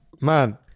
man